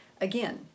again